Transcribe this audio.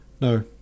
No